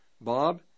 Bob